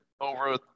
over